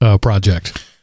project